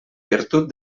virtut